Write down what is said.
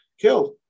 killed